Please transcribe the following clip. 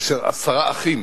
כאשר עשרה אחים,